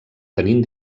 tenint